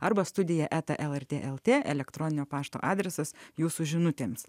arba studija eta lrt lt elektroninio pašto adresas jūsų žinutėms